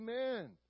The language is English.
Amen